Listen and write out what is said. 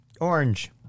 Orange